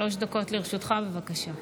שלוש דקות לרשותך, בבקשה.